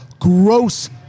gross